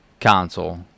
console